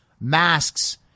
masks